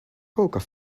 cocoa